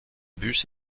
bus